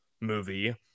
movie